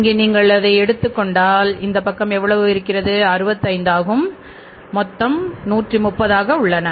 இங்கே நீங்கள் அதை எடுத்துக் கொண்டால் இந்த பக்கம் எவ்வளவு இருக்கிறது 65 ஆகவும் மொத்தம் 130 ஆக உள்ளன